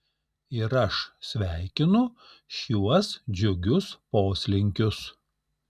ir aš sveikinu šiuos džiugius poslinkius